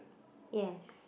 yes